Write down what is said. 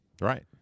Right